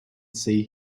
see